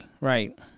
right